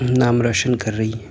نام روشن کر رہی ہیں